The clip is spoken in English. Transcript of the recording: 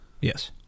Yes